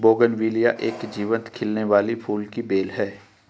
bougainvillea एक जीवंत खिलने वाली फूल की बेल है